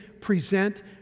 present